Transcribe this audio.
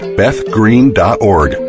bethgreen.org